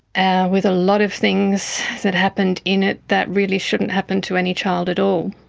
ah with a lot of things that happened in it that really shouldn't happen to any child at all.